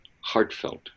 heartfelt